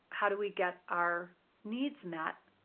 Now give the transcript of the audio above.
how do we get our needs met